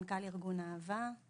מנכ"ל ארגון אהב"ה.